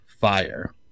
fire